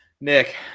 Nick